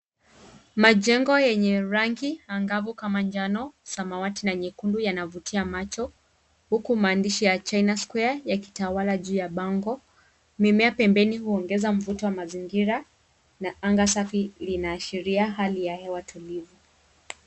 Majengo yenye rangi angavu kama njano, samawati na nyekundu yanavutia macho, huku maandishi ya China square ya kitawala juu ya bango. Mimea pembeni huongeza mvuto wa mazingira na anga safi linaashiria hali ya hewa tulivu.